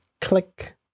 Click